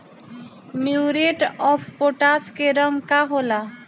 Muriate of potash के रंग का होला?